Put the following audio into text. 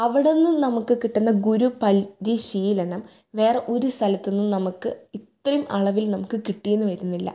അവിടുന്ന് നമുക്ക് കിട്ടുന്ന ഗുരു പരിശീനം വേറെ ഒരു സ്ഥലത്ത് നിന്നും നമുക്ക് ഇത്രയും അളവിൽ നമുക്ക് കിട്ടിയെന്ന് വരുന്നില്ല